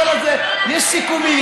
יש סיכומים,